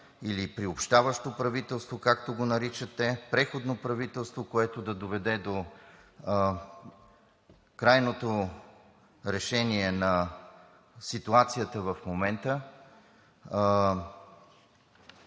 или приобщаващо правителство, както го наричат те, преходно правителство, което да доведе до крайното решение на ситуацията в момента,